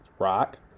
Rock